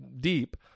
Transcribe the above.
deep